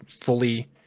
fully